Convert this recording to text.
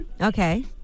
Okay